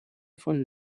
von